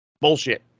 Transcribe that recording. Bullshit